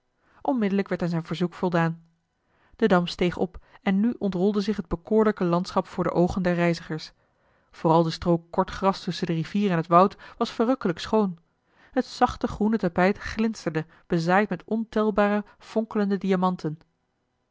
onmiddellijk werd aan zijn verzoek voldaan de damp steeg op en nu ontrolde zich het bekoorlijke landschap voor de oogen der reizigers vooral de strook kort gras tusschen de rivier en het woud was verrukkelijk schoon t zachte groene tapijt glinsterde bezaaid met ontelbare fonkelende diamanten